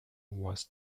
was